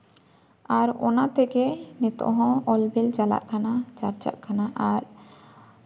ᱟᱨ ᱚᱱᱟ ᱛᱮᱜᱮ ᱱᱤᱛᱚᱜ ᱦᱚᱸ ᱚᱞ ᱵᱮᱞ ᱪᱟᱞᱟᱜ ᱠᱟᱱᱟ ᱪᱟᱨᱪᱟᱜ ᱠᱟᱱᱟ ᱟᱨ